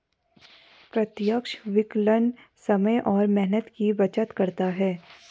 प्रत्यक्ष विकलन समय और मेहनत की बचत करता है